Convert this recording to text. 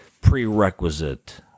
prerequisite